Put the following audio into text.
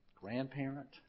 grandparent